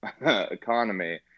economy